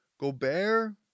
Gobert